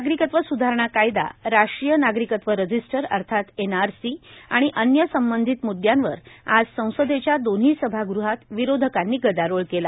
नागरिकत्व सुधारणा कायदा राष्ट्रीय नागरिकत्व रजिस्टर अर्थात एनआरसी आणि अन्य संबंधित मुद्यांवर आज संसदेच्या दोव्ही सभागृहात विरोधकांनी गदारोळ केला